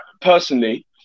personally